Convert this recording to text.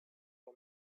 for